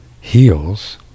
heals